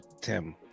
Tim